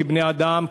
כבני-אדם,